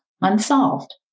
unsolved